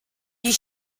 die